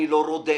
אני לא רודף,